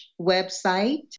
website